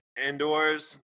Indoors